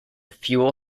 fuel